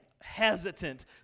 hesitant